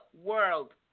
world